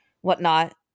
whatnot